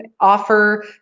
offer